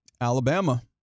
Alabama